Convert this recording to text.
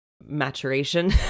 maturation